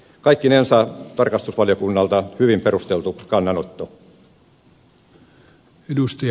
kaikkinensa tarkastusvaliokunnalta hyvin perusteltu kannanotto